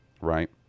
right